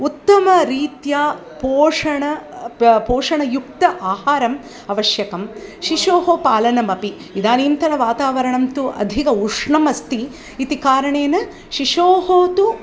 उत्तमरीत्या पोषणं प पोषणयुक्ताहारम् आवश्यकम् शिशोः पालनमपि इदानीन्तनं वातावरणं तु अधिकम् उष्णमस्ति इति कारणेन शिशोः तु